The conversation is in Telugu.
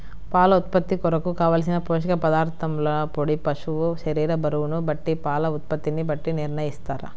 పాల ఉత్పత్తి కొరకు, కావలసిన పోషక పదార్ధములను పాడి పశువు శరీర బరువును బట్టి పాల ఉత్పత్తిని బట్టి నిర్ణయిస్తారా?